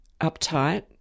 uptight